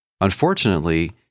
Unfortunately